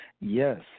Yes